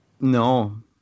No